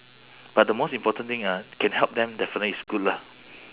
but the most important thing ah can help them definitely it's good lah